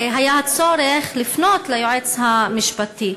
היה הצורך לפנות ליועץ המשפטי.